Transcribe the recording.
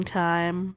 time